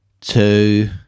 two